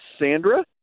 Sandra